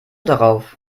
darauf